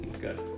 Good